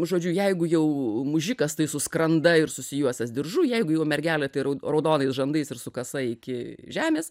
žodžiu jeigu jau mužikas tai su skranda ir susijuosęs diržu jeigu jau mergelė ir raudonais žandais ir su kasa iki žemės